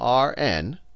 Rn